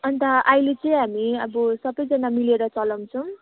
अन्त अहिले चाहिँ हामी अब सबैजना मिलेर चलाउँछौँ